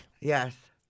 Yes